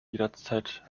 jederzeit